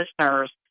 listeners